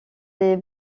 des